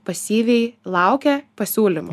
pasyviai laukia pasiūlymų